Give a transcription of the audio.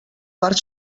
part